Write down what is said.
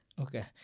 Okay